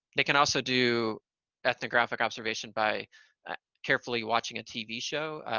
they can also do ethnographic observation by carefully watching a tv show.